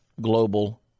Global